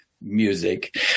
music